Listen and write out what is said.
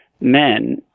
men